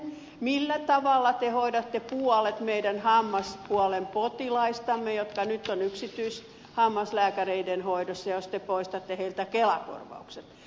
millä tavalla te hoidatte puolet meidän hammaspuolen potilaistamme jotka nyt ovat yksityishammaslääkäreiden hoidossa jos te poistatte heiltä kelakorvaukset